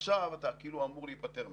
ועכשיו אתה כאילו אמור להיפטר מהם.